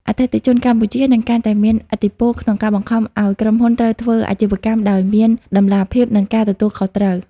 អតិថិជនកម្ពុជានឹងកាន់តែមានឥទ្ធិពល ក្នុងការបង្ខំឱ្យក្រុមហ៊ុនត្រូវធ្វើអាជីវកម្មដោយមាន តម្លាភាព និងការទទួលខុសត្រូវ។